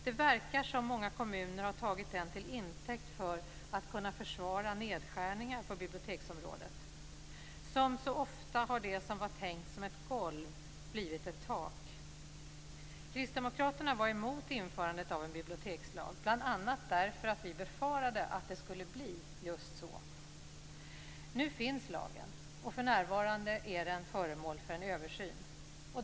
Det verkar som om många kommuner har tagit den till intäkt för att kunna försvara nedskärningar på biblioteksområdet. Som så ofta har det som var tänkt som ett golv blivit ett tak. Kristdemokraterna var emot införandet av en bibliotekslag, bl.a. därför att vi befarade att det skulle bli just så. Nu finns lagen, och den är för närvarande föremål för en översyn.